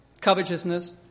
covetousness